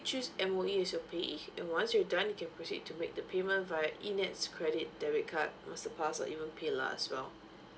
choose M_O_E as your payee and once you are done you can proceed to make the payment via eNETs credit debit card master pass or even PayLah as well